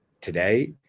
today